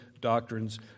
Doctrines